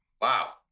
Wow